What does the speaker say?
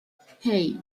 hey